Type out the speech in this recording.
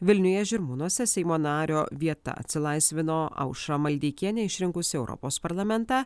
vilniuje žirmūnuose seimo nario vieta atsilaisvino aušrą maldeikienę išrinkus į europos parlamentą